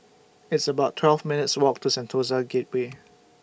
It's about twelve minutes' Walk to Sentosa Gateway